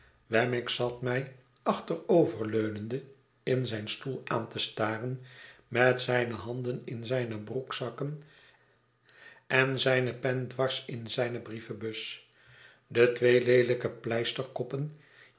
wemmick zat mij achteroverleunende in zijn stoel aan te staren met zijne handen in zijne broekzakken en zijne pen dwars in zijne brievenbus de tweeleelijkepleisterkoppen